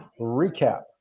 recap